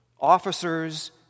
officers